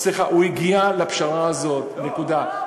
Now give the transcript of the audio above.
סליחה, הוא הגיע לפשרה הזאת, נקודה.